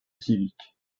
civique